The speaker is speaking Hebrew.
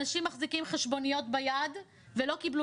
אנשים מחזיקים חשבוניות ביד ולא קיבלו